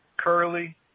Curly